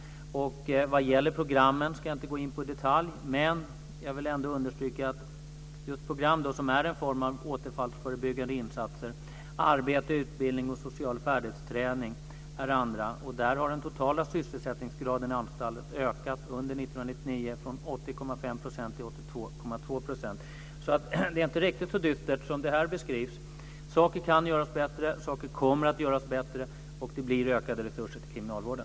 Vad gäller programmen ska jag inte gå in på detaljer, men jag vill ändå understryka att program är en form av återfallsförebyggande insatser i form av arbete, utbildning och social färdighetsträning och att den totala sysselsättningsgraden i anstalt har ökat under 1999 från 80,5 % till 82,2 %. Det är alltså inte riktigt så dystert som det här beskrivs. Saker kan göras bättre, saker kommer att göras bättre och det blir ökade resurser till kriminalvården.